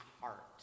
heart